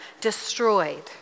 destroyed